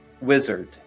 wizard